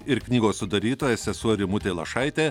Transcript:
ir knygos sudarytoja sesuo rimutė lašaitė